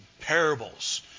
parables